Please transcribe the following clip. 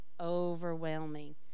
overwhelming